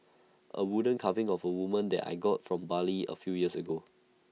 A wooden carving of A woman that I got from Bali A few years ago